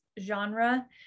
genre